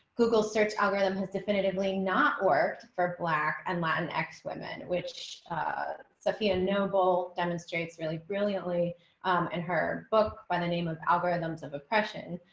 google search algorithm has definitively not worked for black and latin x women, which sophia noble demonstrates really brilliantly and her book by the name of algorithms of oppression.